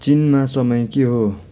चीनमा समय के हो